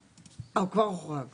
עיבוד שבבי מוחרג.